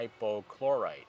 hypochlorite